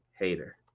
Hater